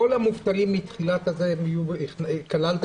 כל המובטלים מהתחלה, כללת את כולם?